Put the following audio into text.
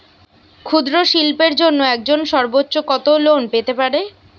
ক্ষুদ্রশিল্পের জন্য একজন সর্বোচ্চ কত লোন পেতে পারে?